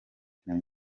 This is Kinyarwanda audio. kina